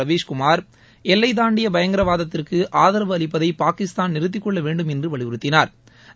ரவிஷ் குமார் எல்லை தாண்டிய பயங்கரவாதத்திற்கு ஆதரவு அளிப்பதை பாகிஸ்தான் நிறுத்திக்கொள்ள வேண்டும் என்று வலியுறுத்தினாா்